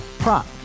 Prop